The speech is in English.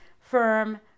firm